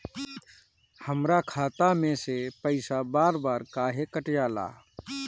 हमरा खाता में से पइसा बार बार काहे कट जाला?